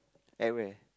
at where